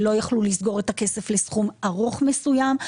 שלא יכלו לסגור את הכסף לסכום ארוך מסוים.